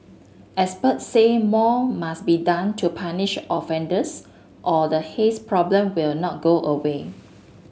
expert say more must be done to punish offenders or the haze problem will not go away